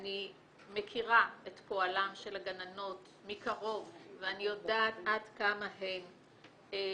אני מכירה את פועלן של הגננות מקרוב ואני יודעת עד כמה הן מסורות,